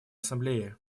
ассамблее